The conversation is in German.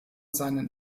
seinen